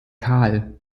kahl